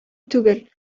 түгел